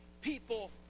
people